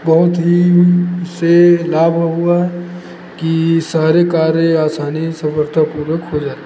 बहुत ही इससे लाभ हो हुआ है कि सारे कार्य आसानी सफलतापूर्वक हो जाती